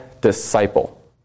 disciple